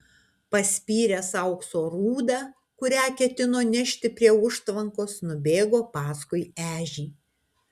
paspyręs aukso rūdą kurią ketino nešti prie užtvankos nubėgo paskui ežį